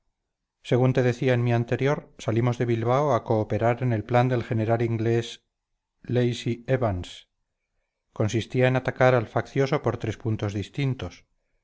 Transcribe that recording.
según te decía en mi anterior salimos de bilbao a cooperar en el plan del general inglés lacy evans consistía en atacar al faccioso por tres puntos distintos